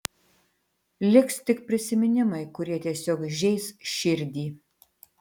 liks tik prisiminimai kurie tiesiog žeis širdį